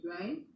right